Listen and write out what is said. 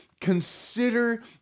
consider